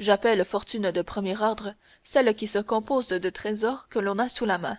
j'appelle fortune de premier ordre celle qui se compose de trésors que l'on a sous la main